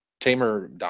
Tamer